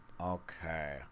Okay